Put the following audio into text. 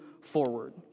forward